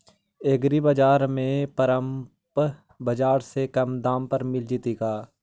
एग्रीबाजार में परमप बाजार से कम दाम पर मिल जैतै का?